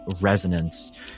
resonance